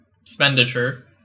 expenditure